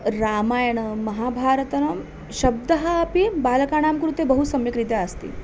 रामायणमहाभारतं शब्दः अपि बालकानां कृते बहु सम्यक् रीत्या अस्ति